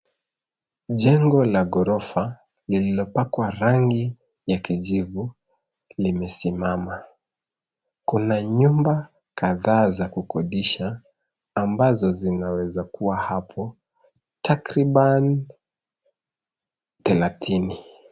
Jengo la ghorofa, lililopakwa rangi ya kijivu, limesimama. Kuna nyumba kadhaa za kukodisha, ambazo zinaweza kua hapo, takriban thelathini.